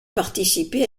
participé